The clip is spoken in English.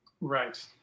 right